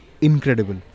incredible